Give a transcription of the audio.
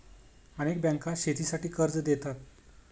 अनेक बँका शेतीसाठी कर्ज देतात